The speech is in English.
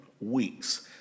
weeks